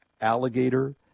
alligator